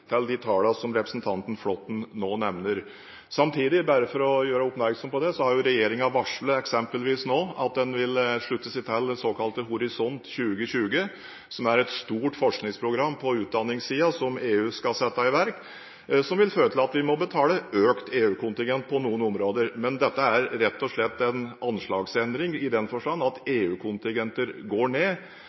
til de tallene som representanten Flåtten nå nevner. Samtidig – bare for å gjøre oppmerksom på det – har regjeringen nå varslet at den vil slutte seg til Horisont 2020, som er et stort forskningsprogram på utdanningssiden som EU skal sette i verk. Det vil føre til at vi må betale økt EU-kontingent på noen områder, men dette er rett og slett en anslagsendring i den forstand at EU-kontingenter går ned.